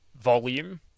volume